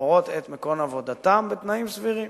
למורות את מקום עבודתן בתנאים סבירים.